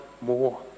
more